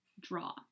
draw